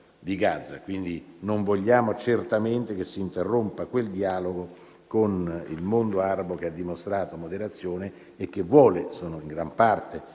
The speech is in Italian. Gaza. Non vogliamo certamente che si interrompa quel dialogo con il mondo arabo, che ha dimostrato moderazione e che in gran parte